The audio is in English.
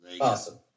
awesome